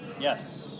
yes